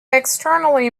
externally